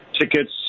tickets